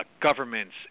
governments